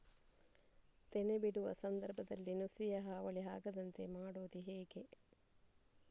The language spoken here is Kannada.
ತೆನೆ ಬಿಡುವ ಸಂದರ್ಭದಲ್ಲಿ ನುಸಿಯ ಹಾವಳಿ ಆಗದಂತೆ ಮಾಡುವುದು ಹೇಗೆ?